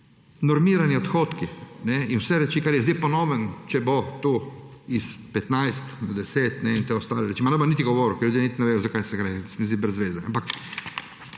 Normirani odhodki in vse reči, kar je zdaj po novem, če bo to s 15 na 10 in te ostale reči, ma, ne bom niti govoril, ker ljudje niti ne vedo, za kaj gre, se mi zdi brez zveze.